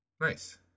Nice